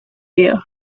year